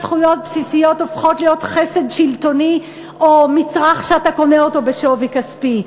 זכויות בסיסיות שהפכו למצרך שאתה קונה בשווי כספי,